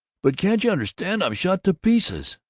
but can't you understand i'm shot to pieces?